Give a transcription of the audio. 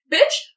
Bitch